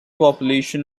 population